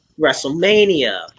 Wrestlemania